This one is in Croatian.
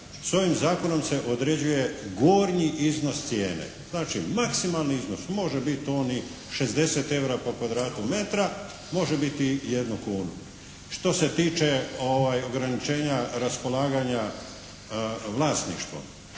S ovim zakonom se određuje gornji iznos cijene, znači maksimalni iznos. Može biti on i 60 eura po kvadratu metra, može biti jednu kunu. Što se tiče ograničenja raspolaganja vlasništvom,